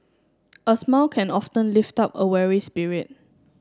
a smile can often lift up a weary spirit